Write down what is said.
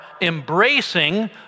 embracing